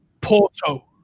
Porto